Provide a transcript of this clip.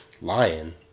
lion